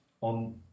on